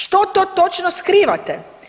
Što to točno skrivate?